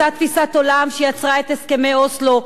אותה תפיסת עולם שיצרה את הסכמי אוסלו,